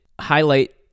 highlight